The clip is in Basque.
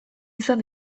izan